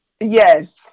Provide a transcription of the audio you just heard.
Yes